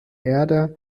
erde